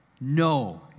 No